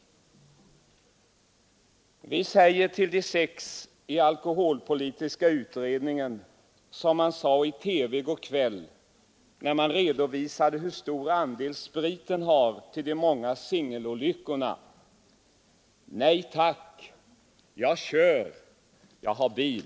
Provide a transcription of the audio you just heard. Vi säger till de sex i alkoholpolitiska utredningen som man sade i TV i går kväll när man redovisade hur stor andel spriten har i de många singelolyckorna: Nej tack! Jag kör bil.